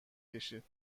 کشید